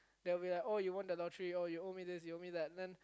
they will be like oh you won the lottery oh you owe me this you owe me that then